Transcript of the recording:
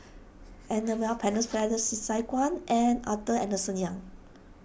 Annabel Pennefather Sei Sai Kuan and Arthur Henderson Young